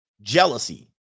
Jealousy